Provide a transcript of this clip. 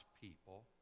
people